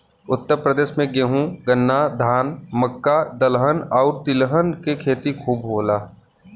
उत्तर प्रदेश में गेंहू, गन्ना, धान, मक्का, दलहन आउर तिलहन के खेती खूब होला